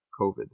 COVID